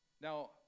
Now